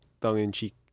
tongue-in-cheek